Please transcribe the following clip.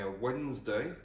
Wednesday